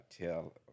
tell